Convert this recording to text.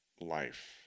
life